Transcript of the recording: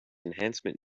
enhancement